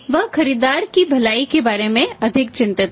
वह खरीदार की भलाई के बारे में अधिक चिंतित है